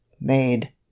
made